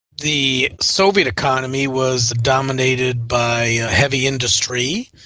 the soviet economy was dominated by heavy industry,